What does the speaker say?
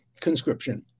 conscription